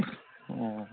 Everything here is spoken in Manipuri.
ꯑꯣ